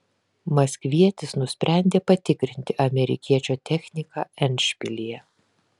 maskvietis nusprendė patikrinti amerikiečio techniką endšpilyje